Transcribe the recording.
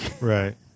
right